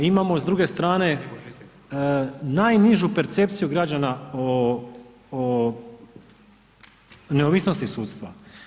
Imamo s druge strane najnižu percepciju građana o neovisnosti sudstva.